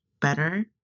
better